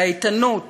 והאיתנות